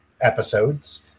episodes